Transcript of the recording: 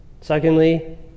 Secondly